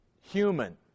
human